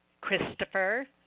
Christopher